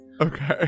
Okay